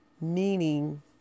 Meaning